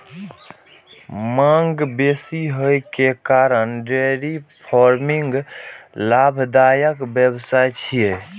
मांग बेसी होइ के कारण डेयरी फार्मिंग लाभदायक व्यवसाय छियै